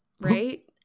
right